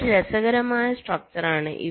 ഇതൊരു രസകരമായ സ്ട്രക്ചർ ആണ്